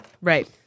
Right